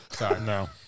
No